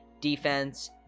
defense